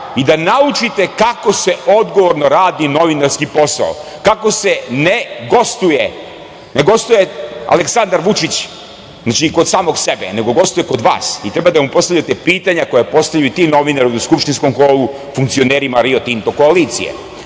i da naučite kako se odgovorno radi novinarski posao, kako ne gostuje Aleksandar Vučić kod samog sebe, nego gostuje kod vas i treba da mu postavljate pitanja koja postavljaju i ti novinari u skupštinskom holu funkcionerima "Rio Tinto" koalicije.